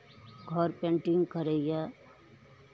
घर पेन्टिङ्ग करैए